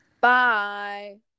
Bye